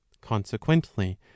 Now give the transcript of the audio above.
consequently